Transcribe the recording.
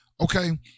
Okay